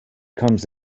comes